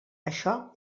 això